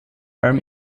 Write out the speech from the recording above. allem